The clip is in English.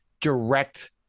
direct